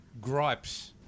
gripes